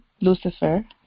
Lucifer